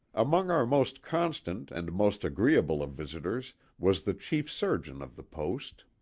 among our most constant and most agreeable of visitors was the chief surgeon of the post,